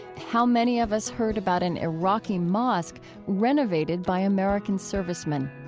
how many of us heard about an iraqi mosque renovated by american servicemen?